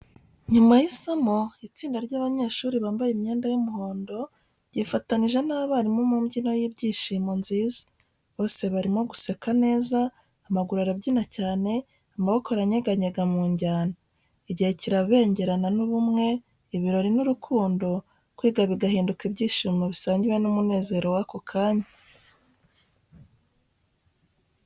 Nyuma y’isomo, itsinda ry’abanyeshuri bambaye imyenda y’umuhondo ryifatanyije n’abarimu mu mbyino y’ibyishimo nziza. Bose barimo guseka neza, amaguru arabyina cyane, amaboko aranyeganyega mu njyana. Igihe kirabengerana n’ubumwe, ibirori n’urukundo, kwiga bigahinduka ibyishimo bisangiwe n’umunezero w’ako kanya.